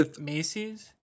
Macy's